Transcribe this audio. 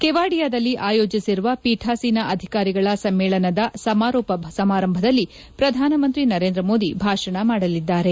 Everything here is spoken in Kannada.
ಕೇವಾಡಿಯಾದಲ್ಲಿ ಆಯೋಜಿಸಿರುವ ಪೀಠಾಸೀನ ಅಧಿಕಾರಿಗಳ ಸಮ್ಮೇಳನದ ಸಮಾರೋಪ ಸಮಾರಂಭದಲ್ಲಿ ಪ್ರಧಾನಮಂತ್ರಿ ನರೇಂದ್ರ ಮೋದಿ ಭಾಷಣ ಮಾಡಲಿದ್ದಾರೆ